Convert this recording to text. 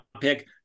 pick